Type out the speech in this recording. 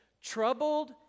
troubled